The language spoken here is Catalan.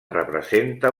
representa